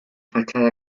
fachada